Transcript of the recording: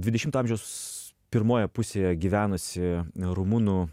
dvidešimto amžiaus pirmoje pusėje gyvenusi rumunų